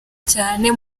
cyane